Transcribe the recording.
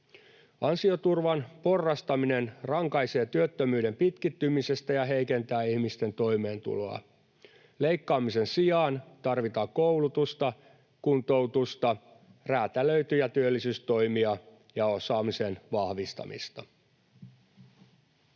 Ansioturvan porrastaminen rankaisee työttömyyden pitkittymisestä ja heikentää ihmisten toimeentuloa. Leikkaamisen sijaan tarvitaan koulutusta, kuntoutusta, räätälöityjä työllisyystoimia ja osaamisen vahvistamista.